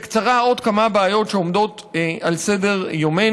בקצרה, עוד כמה בעיות שעומדות על סדר-יומנו: